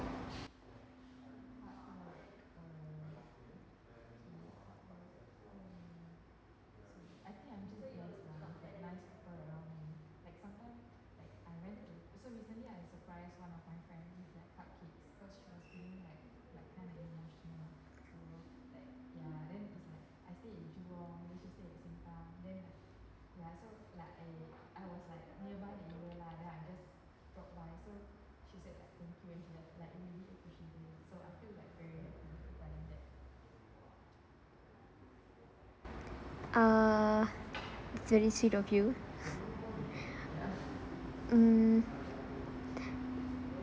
err of you mm